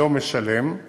לא משלם,